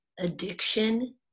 addiction